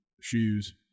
shoes